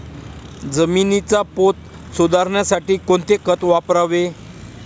जमिनीचा पोत सुधारण्यासाठी कोणते खत वापरावे?